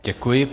Děkuji.